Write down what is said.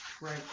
Right